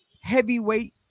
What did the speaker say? heavyweight